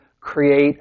create